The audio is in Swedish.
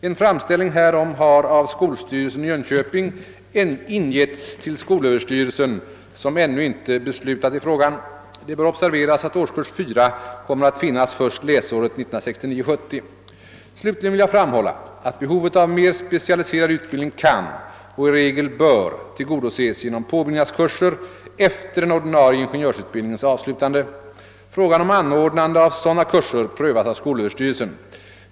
En framställning härom har av skolstyrelsen i Jönköping ingetts till skolöverstyrelsen, som ännu inte beslutat i frågan. Det bör observeras att årskurs 4 kommer att finnas först läsåret 1969/70. Slutligen vill jag framhålla att be hovet av mer specialiserad utbildning kan — och i regel bör — tillgodoses genom påbyggnadskurser efter den ordinarie ingenjörsutbildningens avslutande. Frågan om anordnande av sådana kurser prövas av skolöverstyrelsen.